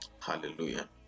hallelujah